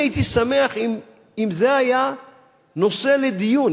אני הייתי שמח אם זה היה נושא לדיון,